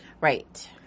Right